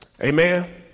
Amen